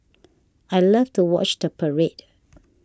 I love to watch the parade